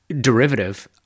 derivative